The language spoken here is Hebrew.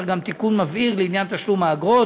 גם תיקון מבהיר לעניין תשלום האגרות,